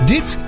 Dit